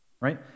right